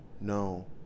No